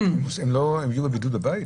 הם יהיו בבידוד בבית?